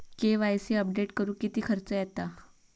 KYC update करुक किती खर्च येता?